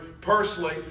personally